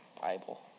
Bible